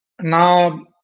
now